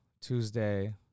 Tuesday